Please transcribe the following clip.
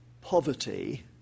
poverty